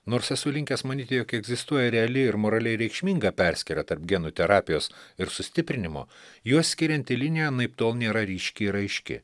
nors esu linkęs manyti jog egzistuoja reali ir moraliai reikšminga perskyra tarp genų terapijos ir sustiprinimo juos skirianti linija anaiptol nėra ryški ir aiški